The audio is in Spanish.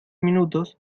minutos